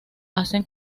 hacen